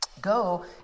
Go